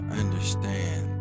understand